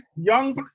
young